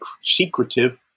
secretive